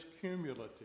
cumulative